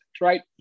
right